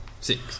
Six